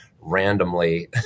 randomly